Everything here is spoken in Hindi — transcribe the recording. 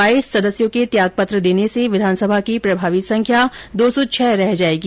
बाईस सदस्यों के त्यागपत्र देने से विधानसभा की प्रभावी संख्या दो सौ छह रह जाएगी